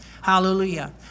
Hallelujah